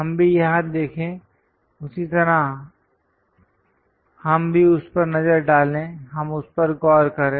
हम भी यहां देखें उसी तरह हम भी उस पर नजर डालें हम उस पर गौर करें